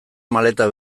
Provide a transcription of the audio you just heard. maleta